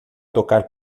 tocar